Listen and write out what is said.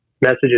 messages